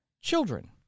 children